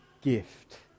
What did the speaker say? gift